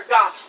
God